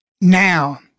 now